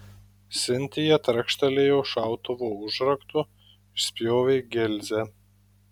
sintija trakštelėjo šautuvo užraktu išspjovė gilzę